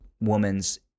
woman's